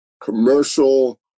Commercial